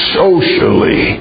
socially